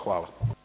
Hvala.